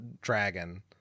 dragon